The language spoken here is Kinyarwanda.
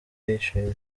yishimye